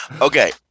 okay